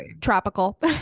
tropical